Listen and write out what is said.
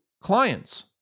clients